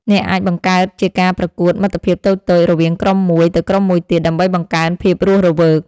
អ្នកអាចបង្កើតជាការប្រកួតមិត្តភាពតូចៗរវាងក្រុមមួយទៅក្រុមមួយទៀត ដើម្បីបង្កើនភាពរស់រវើក។